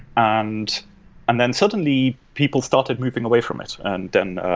and and then, suddenly, people thought of moving away from it. and then,